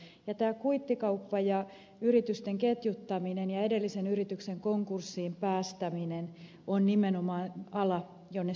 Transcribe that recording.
ja tämä kuittikauppa ja yritysten ketjuttaminen ja edellisen yrityksen konkurssiin päästäminen ovat nimenomaan ala jonne syyttäjät keskittyvät